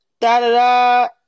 Da-da-da